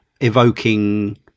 evoking